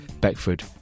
Beckford